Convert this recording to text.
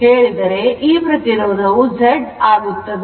ಈ ಪ್ರತಿರೋಧವು Z ಆಗಿರುತ್ತದೆ